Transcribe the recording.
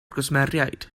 gwsmeriaid